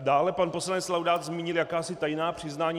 Dále pan poslanec Laudát zmínil jakási tajná přiznání.